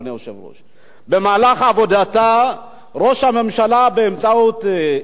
במהלך עבודתה ראש הממשלה, באמצעות אלקין בעצם,